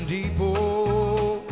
Depot